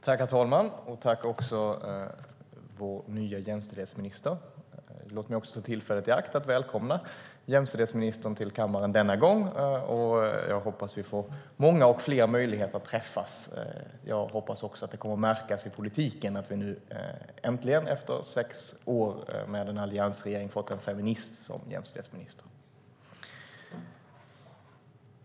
Herr talman! Tack till vår nya jämställdhetsminister! Låt mig få ta tillfället i akt och välkomna jämställdhetsministern till kammaren denna gång. Jag hoppas att vi får många och fler möjligheter att träffas, och jag hoppas också att det kommer att märkas i politiken att vi äntligen efter sex år med en alliansregering har fått en feminist som jämställdhetsminister.